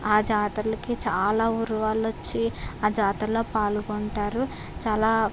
ఆ జాతర్లకి చాలా ఊర్ల వాళ్ళు వచ్చి ఆ జాతర్లో పాల్గొంటారు చాలా